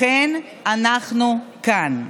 לכן אנחנו כאן.